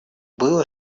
было